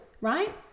right